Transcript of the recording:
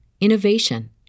innovation